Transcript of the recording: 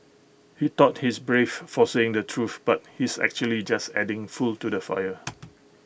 he thought he's brave for saying the truth but he's actually just adding fuel to the fire